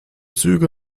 züge